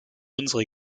unsere